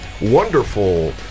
wonderful